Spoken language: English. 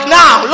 now